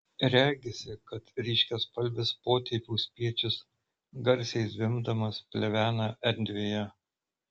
regisi kad ryškiaspalvis potėpių spiečius garsiai zvimbdamas plevena erdvėje